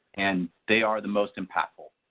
and they are the most impactful.